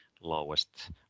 lowest